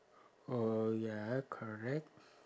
oh ya correct